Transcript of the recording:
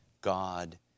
God